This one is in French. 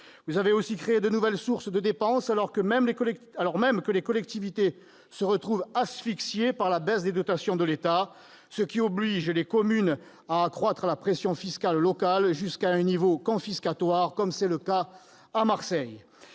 Vous avez aussi créé de nouvelles sources de dépenses, alors même que les collectivités se trouvent asphyxiées par la baisse des dotations de l'État, ce qui oblige les communes à accroître la pression fiscale locale jusqu'à un niveau confiscatoire, comme à Marseille.